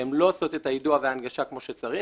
והן לא עושות את היידוע וההנגשה כמו שצריך,